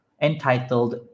entitled